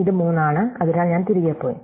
ഇത് 3 ആണ് അതിനാൽ ഞാൻ തിരികെ പോയി